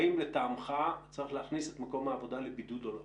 האם לטעמך צריך להכניס את מקום העבודה לבידוד או לא?